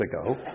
ago